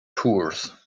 pours